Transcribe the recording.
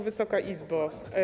Wysoka Izbo!